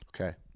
Okay